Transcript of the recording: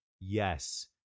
yes